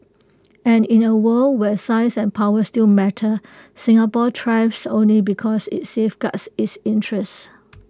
and in A world where size and power still matter Singapore thrives only because IT safeguards its interests